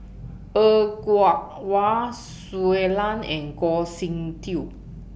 Er Kwong Wah Shui Lan and Goh Sin Tub